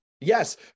Yes